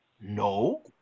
No